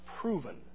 proven